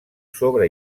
sobre